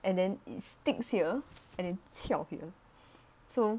and then sticks here and then 翘 here so